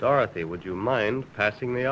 dorothy would you mind passing the